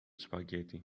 spaghetti